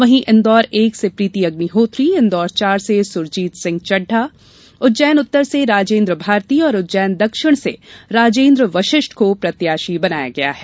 वहीं इन्दौर एक से प्रीति अग्निहोत्री इन्दौर चार से सुरजीत सिंह चड़डा उज्जैन उत्तर से राजेन्द्र भारती और उज्जैन दक्षिण से राजेन्द्र वशिष्ट को प्रत्याशी बनाया गया है